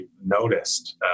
noticed